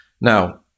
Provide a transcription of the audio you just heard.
now